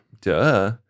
Duh